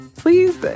Please